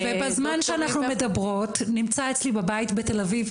ובזמן שאנחנו מדברות נמצא אצלי בבית בתל אביב,